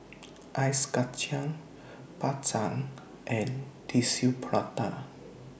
Ice Kacang Bak Chang and Tissue Prata